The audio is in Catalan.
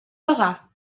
pagà